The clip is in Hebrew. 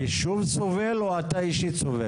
הישוב סובל או אתה אישית סובל?